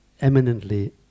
eminently